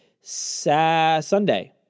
Sunday